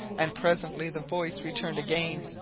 and presently the voice returned again,